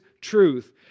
truth